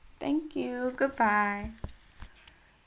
thank you goodbye